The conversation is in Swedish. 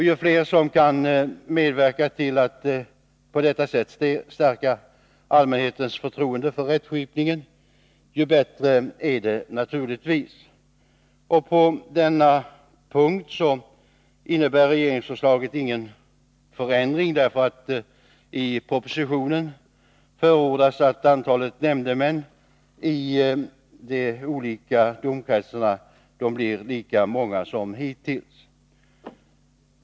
Ju fler som kan medverka till att på detta sätt stärka allmänhetens förtroende för rättskipningen, desto bättre är det naturligtvis. På denna punkt innebär regeringsförslaget ingen förändring. I propositionen förordas nämligen att antalet nämndemän i de olika domkretsarna blir lika många som hittills.